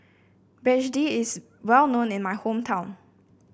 begedil is well known in my hometown